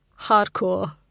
hardcore